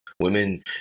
Women